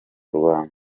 rwanda